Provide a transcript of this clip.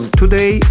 today